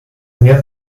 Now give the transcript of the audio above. mehr